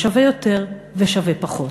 יש שוֶוה יותר ושוֶוה פחות,